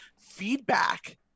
feedback